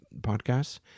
podcasts